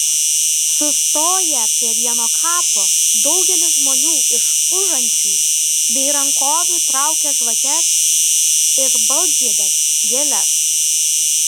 sustoję prie vieno kapo daugelis žmonių iš užančių bei rankovių traukia žvakes ir baltžiedes gėles